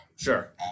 Sure